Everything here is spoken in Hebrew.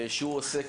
שהוא עוסק